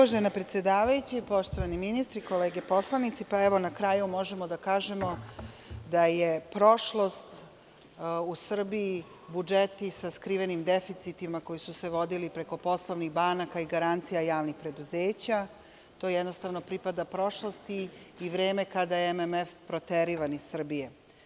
Uvažena predsedavajuća, poštovani ministre, kolege poslanici, evo, na kraju možemo da kažemo da je prošlost u Srbiji, budžeti sa skrivenim deficitima koji su se vodili preko poslovnih banaka i garancija javnih preduzeća, to jednostavno pripada prošlosti i vreme kada je MMF proterivan iz Srbije.